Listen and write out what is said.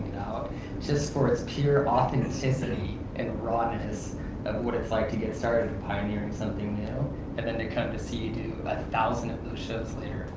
just for its pure authenticity and rawness of what it's like to get started pioneering something new. you know and then to come to see you do a thousand of those shows later,